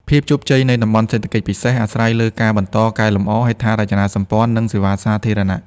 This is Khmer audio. ភាពជោគជ័យនៃ តំបន់សេដ្ឋកិច្ចពិសេស អាស្រ័យលើការបន្តកែលម្អហេដ្ឋារចនាសម្ព័ន្ធ និងសេវាសាធារណៈ។